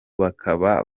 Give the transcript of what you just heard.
bakaba